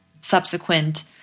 subsequent